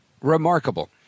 Remarkable